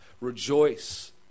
rejoice